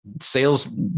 sales